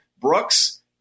Brooks